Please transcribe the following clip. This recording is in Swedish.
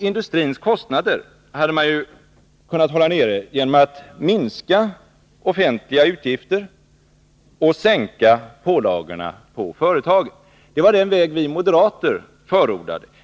Industrins kostnader hade man ju kunnat hålla nere genom att minska offentliga utgifter och sänka pålagorna på företagen. Det var den väg vi moderater förordade.